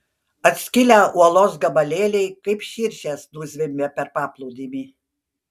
atskilę uolos gabalėliai kaip širšės nuzvimbė per paplūdimį